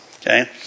okay